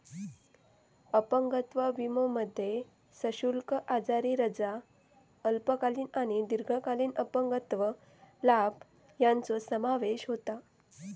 अपंगत्व विमोमध्ये सशुल्क आजारी रजा, अल्पकालीन आणि दीर्घकालीन अपंगत्व लाभ यांचो समावेश होता